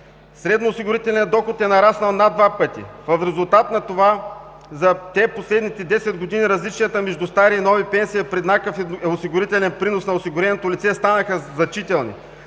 средноосигурителният доход е нараснал над два пъти. В резултат на това за последните 10 години различията между старите и новите пенсии при еднакъв осигурителен принос на осигуреното лице станаха значителни.